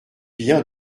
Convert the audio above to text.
bien